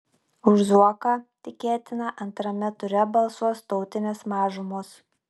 už zuoką tikėtina antrame ture balsuos tautinės mažumos